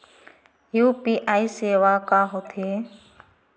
UPI सेवाएं का होथे?